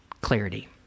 Clarity